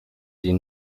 sie